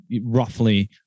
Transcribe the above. roughly